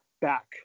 back